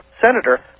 senator